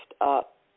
up